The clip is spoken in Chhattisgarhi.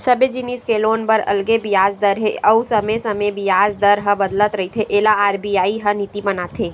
सबे जिनिस के लोन बर अलगे बियाज दर हे अउ समे समे बियाज दर ह बदलत रहिथे एला आर.बी.आई ह नीति बनाथे